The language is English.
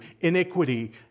iniquity